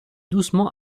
doucement